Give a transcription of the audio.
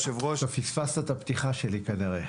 היושב-ראש --- אתה פספסת את הפתיחה שלי כנראה.